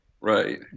right